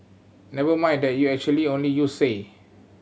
never mind that you actually only used say